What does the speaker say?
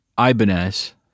Ibanez